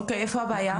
אוקיי, איפה הבעיה?